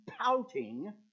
pouting